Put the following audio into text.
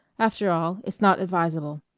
after all, it's not advisable.